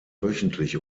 wöchentlich